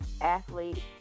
athlete